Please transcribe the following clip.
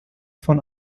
von